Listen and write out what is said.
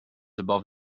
above